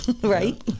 Right